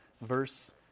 verse